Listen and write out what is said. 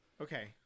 Okay